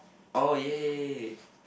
oh ya